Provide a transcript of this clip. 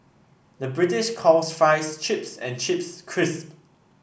the British calls fries chips and chips crisp